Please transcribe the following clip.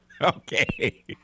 Okay